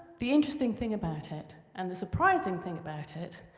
the interesting thing about it, and the surprising thing about it,